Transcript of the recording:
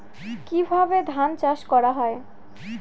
কিভাবে ধান চাষ করা হয়?